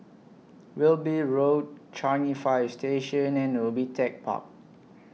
Wilby Road Changi Fire Station and Ubi Tech Park